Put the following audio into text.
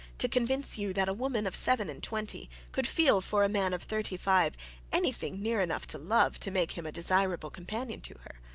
to convince you that a woman of seven and twenty could feel for a man of thirty-five anything near enough to love, to make him a desirable companion to her.